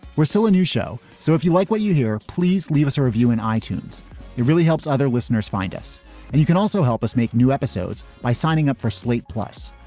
we're still a new show. so if you like what you hear, please leave us a review in items. it really helps other listeners find us. and you can also help us make new episodes by signing up for slate. plus,